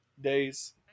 days